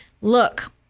look